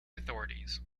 authorities